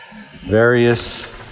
various